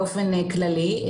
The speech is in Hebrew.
באופן כללי.